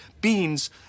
beans